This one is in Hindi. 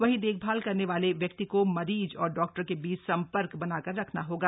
वहीं देखभाल करने वाले व्यक्ति को मरीज और डॉक्टर के बीच संपर्क बनाकर रखना होगा